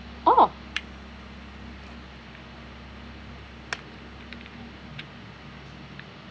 oh